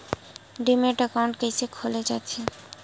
Demat account कइसे खोले जाथे?